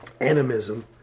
animism